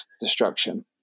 destruction